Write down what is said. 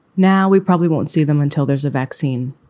now we probably won't see them until there's a vaccine.